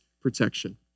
protection